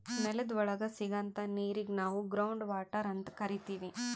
ನೆಲದ್ ಒಳಗ್ ಸಿಗಂಥಾ ನೀರಿಗ್ ನಾವ್ ಗ್ರೌಂಡ್ ವಾಟರ್ ಅಂತ್ ಕರಿತೀವ್